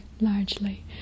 largely